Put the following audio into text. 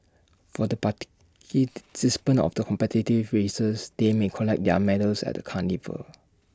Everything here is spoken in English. for the of the competitive races they may collect their medals at the carnival